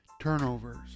turnovers